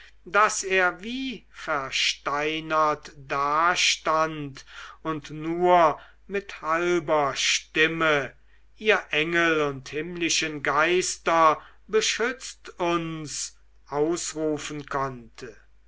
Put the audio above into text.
daß er wie versteinert dastand und nur mit halber stimme ihr engel und himmlischen geister beschützt uns ausrufen konnte